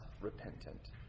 repentant